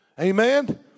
Amen